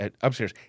upstairs